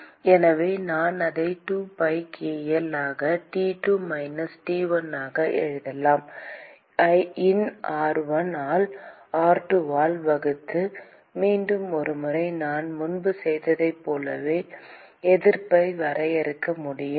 எனவே நான் அதை 2pi k L ஆக T2 மைனஸ் T1 ஆக எழுதலாம் ln r1 ஆல் r2 ஆல் வகுத்து மீண்டும் ஒருமுறை நான் முன்பு செய்ததைப் போலவே எதிர்ப்பை வரையறுக்க முடியும்